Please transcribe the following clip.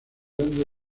grande